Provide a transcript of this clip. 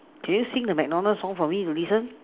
can you sing the McDonalds song for me to listen